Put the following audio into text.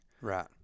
Right